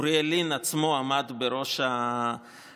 אוריאל לין עצמו עמד בראש הוועדה.